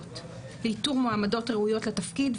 אקטיביות לאיתור מועמדות ראויות לתפקיד,